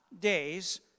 days